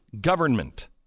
government